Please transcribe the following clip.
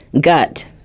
Gut